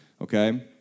okay